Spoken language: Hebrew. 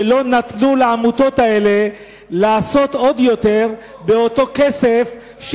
שלא נתנו לעמותות האלה לעשות עוד יותר באותו כסף.